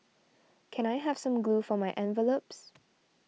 can I have some glue for my envelopes